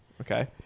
okay